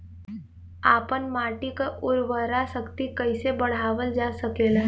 आपन माटी क उर्वरा शक्ति कइसे बढ़ावल जा सकेला?